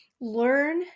learn